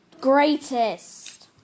Greatest